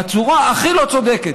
בצורה הכי לא צודקת.